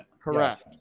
Correct